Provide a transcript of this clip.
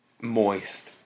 Moist